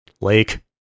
Lake